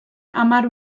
hamar